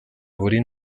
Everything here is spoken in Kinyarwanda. buri